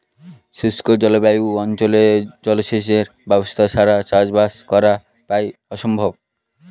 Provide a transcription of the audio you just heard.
শুষ্ক জলবায়ু অঞ্চলে জলসেচের ব্যবস্থা ছাড়া চাষবাস করা প্রায় অসম্ভব